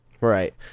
Right